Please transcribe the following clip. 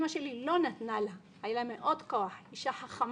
אמא שלי לא נתנה לה, היה לה כוח, אישה חכמה.